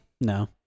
No